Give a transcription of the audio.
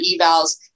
evals